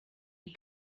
you